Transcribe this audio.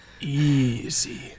Easy